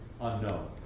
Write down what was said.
unknown